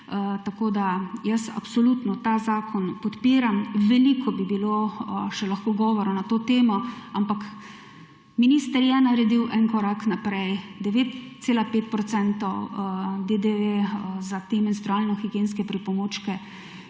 tako, da jaz absolutno ta zakon podpiram. Veliko bi bilo še govora na to temo, ampak minister je naredil en korak naprej, 9,5 % DDV za te menstrualno higienske pripomočke